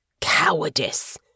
Cowardice